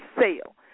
sale